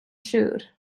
siŵr